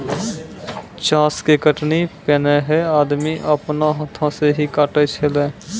चास के कटनी पैनेहे आदमी आपनो हाथै से ही काटै छेलै